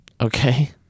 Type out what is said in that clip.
Okay